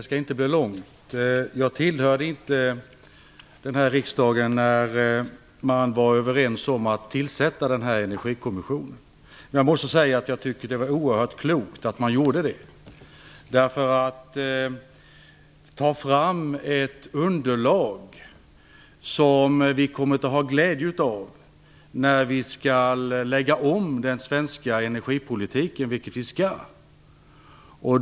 Fru talman! Jag tillhörde inte riksdagen när man kom överens om att tillsätta Energikommissionen, men jag måste säga att jag tycker att det var oerhört klokt att man gjorde det för att ta fram ett underlag som vi kommer att ha glädje av när vi skall lägga om den svenska energipolitiken, vilket vi skall.